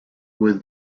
with